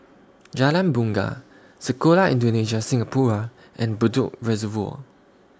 Jalan Bungar Sekolah Indonesia Singapura and Bedok Reservoir